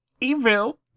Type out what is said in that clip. evil